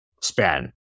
span